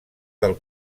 del